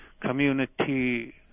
community